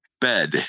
bed